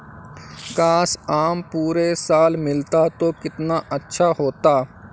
काश, आम पूरे साल मिलता तो कितना अच्छा होता